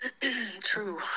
True